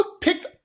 picked